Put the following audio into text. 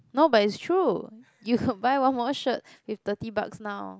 no but it's true you could buy one more shirt with thirty bucks now